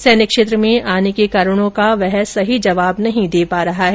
सैन्य क्षेत्र में आने के कारणों का वह सही जवाब नहीं दे रहा है